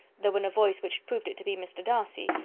though in a voice which proved it to be mr. darcy,